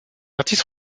artistes